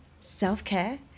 self-care